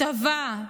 הטבה,